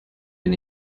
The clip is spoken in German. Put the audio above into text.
bin